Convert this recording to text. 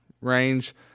range